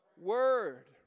Word